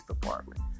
Department